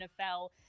NFL